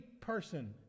person